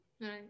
Right